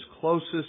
closest